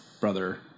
brother